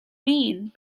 mean